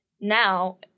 now